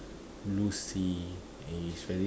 blue sea and is very